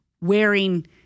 wearing